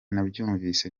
nabyumvise